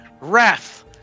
Wrath